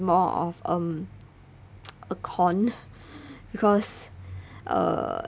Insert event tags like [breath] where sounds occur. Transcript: more of um [noise] a con [breath] because err